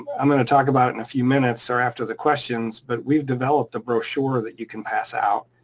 i'm gonna talk about in a few minutes or after the questions, but we've developed a brochure that you can pass out